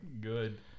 good